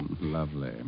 Lovely